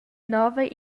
nova